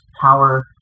power